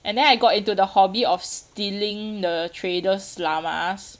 and then I got into the hobby of stealing the traders' llamas